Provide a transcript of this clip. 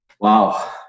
Wow